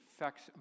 affects